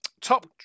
top